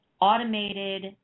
automated